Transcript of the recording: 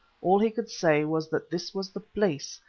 all he could say was that this was the place,